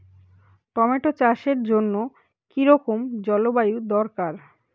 Tomato চাষের জন্য কি রকম জলবায়ু দরকার?